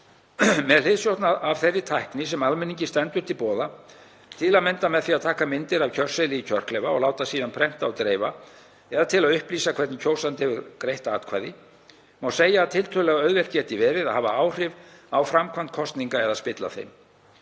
Með hliðsjón af þeirri tækni sem almenningi stendur til boða, til að mynda með því að taka myndir af kjörseðli í kjörklefa og láta síðan prenta og dreifa eða til að upplýsa hvernig kjósandi hefur greitt atkvæði, má segja að tiltölulega auðvelt geti verið að hafa áhrif á framkvæmd kosninga eða spilla þeim.